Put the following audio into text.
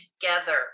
together